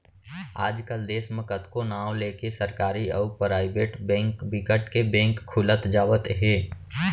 आज कल देस म कतको नांव लेके सरकारी अउ पराइबेट बेंक बिकट के बेंक खुलत जावत हे